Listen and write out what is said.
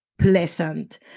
pleasant